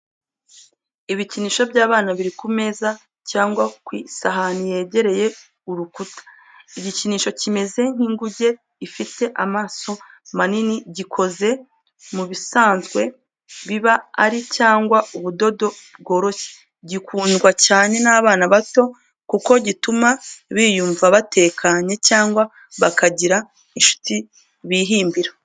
Ibikinisho by'abana biri ku meza cyangwa ku isahani yegereye urukuta. Igikinisho kimeze nk’inguge ifite amaso manini, gikoze mu bisanzwe biba ari cyangwa ubudodo bworoshye. Gikundwa cyane n’abana bato kuko gituma biyumva batekanye, cyangwa bagira inshuti bihimbira.